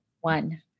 one